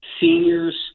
seniors